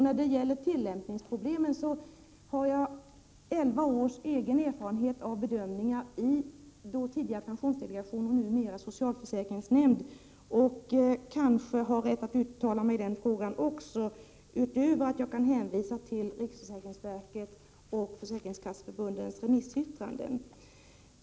När det gäller tillämpningsproblemen vill jag säga att jag har elva års erfarenhet av bedömningar i tidigare pensionsdelegation och numera socialförsäkringsnämnd och därmed kanske har rätt att uttala mig också i den frågan. Därutöver kan jag hänvisa till riksförsäkringsverkets och Försäkringskasseförbundets remissyttranden.